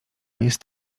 jest